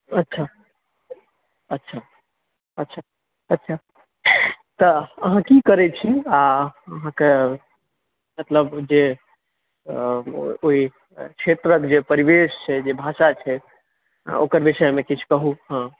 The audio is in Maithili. अच्छा अच्छा अच्छा अच्छा तऽ अहाँ की करैत छी आ अहाँकेँ मतलब जे ओहि क्षेत्र क्षेत्रक जे परिवेश छै जे भाषा छै ओकर विषयमे किछु कहू हँ